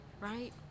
right